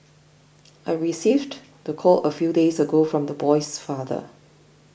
I received the call a few days ago from the boy's father